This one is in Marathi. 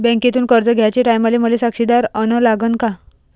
बँकेतून कर्ज घ्याचे टायमाले मले साक्षीदार अन लागन का?